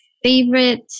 favorite